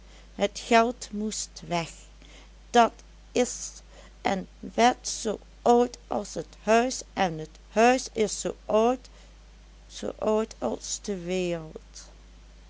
het geld most weg dat is en wet zoo oud as et huis en et huis is zoo oud zoo oud as de wereld